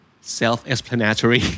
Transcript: self-explanatory